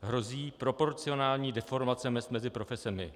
Hrozí proporcionální deformace mezd mezi profesemi.